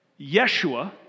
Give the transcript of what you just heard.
Yeshua